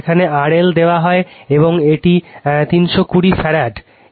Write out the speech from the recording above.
এখানে RL দেওয়া হয় এবং এটি 320 ফ্যারাড পিক